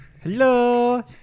Hello